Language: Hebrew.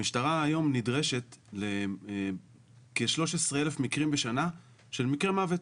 המשטרה היום נדרשת כשלוש עשרה אלף מקרים בשנה של מקרי מוות,